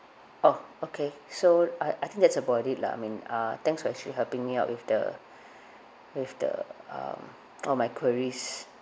orh okay so I I think that's about it lah I mean ah thanks for actually helping me out with the with the um all my queries